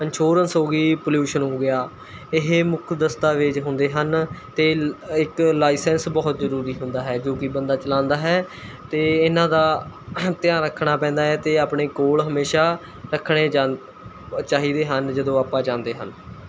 insurance ਹੋ ਗਈ pollution ਹੋ ਗਿਆ ਇਹ ਮੁੱਖ ਦਸਤਾਵੇਜ਼ ਹੁੰਦੇ ਹਨ ਅਤੇ ਇੱਕ ਲਾਈਸੈਂਸ ਬਹੁਤ ਜ਼ਰੂਰੀ ਹੁੰਦਾ ਹੈ ਜੋ ਕਿ ਬੰਦਾ ਚਲਾਉਂਦਾ ਹੈ ਅਤੇ ਇਹਨਾਂ ਦਾ ਧਿਆਨ ਰੱਖਣਾ ਪੈਂਦਾ ਹੈ ਅਤੇ ਆਪਣੇ ਕੋਲ ਹਮੇਸ਼ਾ ਰੱਖਣੇ ਜਾਂਦ ਚਾਹੀਦੇ ਹਨ ਜਦੋਂ ਆਪਾਂ ਜਾਂਦੇ ਹਨ